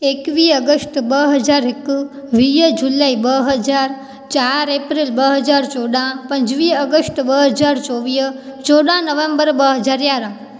एक्वीह अगस्त ॿ हज़ार एकवीह जूलाई ॿ हज़ार चार अप्रैल ॿ हज़ार चोडहं पंजवीह अगस्त ॿ हज़ार चोवीह चोडहं नवम्बर ॿ हज़ार यारहं